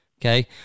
Okay